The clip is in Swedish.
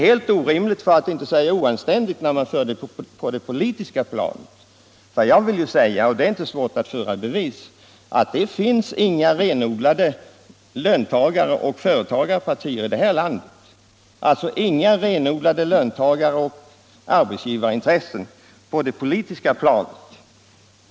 Det är närmast oanständigt när man för det på det politiska planet. Jag påstår, och det är inte svårt att bevisa, att det inte finns några renodlade löntagareller företagarpartier i det här landet, det finns inga renodlade löntagaroch arbetsgivarintressen på det politiska planet.